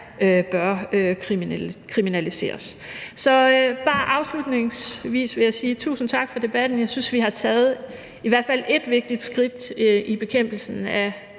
bør kriminaliseres. Så afslutningsvis vil jeg bare sige tusind tak for debatten. Jeg synes, vi har taget i hvert fald ét vigtigt skridt i bekæmpelsen af